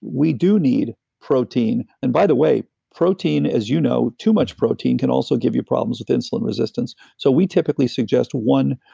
we do need protein and, by the way, protein as you know, too much protein can also give you problems with insulin resistance. so we typically suggest one,